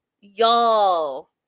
y'all